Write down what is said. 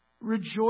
Rejoice